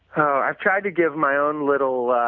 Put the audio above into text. i've tried to give my own little